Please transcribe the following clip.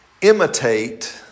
imitate